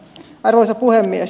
arvoisa puhemies